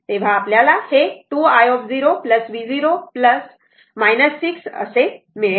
तर आपल्याला मिळेल 2 i0 v0 6 हे मिळेल